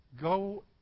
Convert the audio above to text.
go